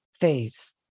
phase